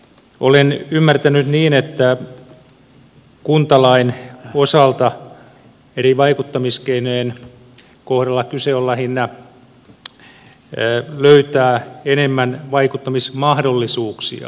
olen ymmärtänyt niin että kuntalain osalta eri vaikuttamiskeinojen kohdalla kyse on lähinnä siitä että löydetään enemmän vaikuttamismahdollisuuksia